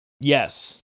Yes